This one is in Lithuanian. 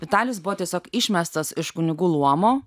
vitalis buvo tiesiog išmestas iš kunigų luomo